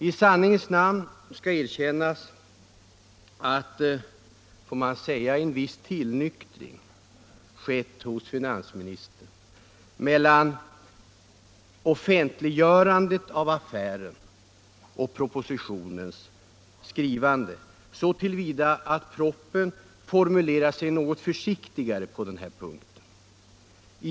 I sanningens namn skall erkännas att en viss tillnyktring, om man får säga så, har skett hos finansministern mellan offentliggörandet av affären och propositionens skrivande, så till vida att propositionens formuleringar är något försiktigare på den här punkten.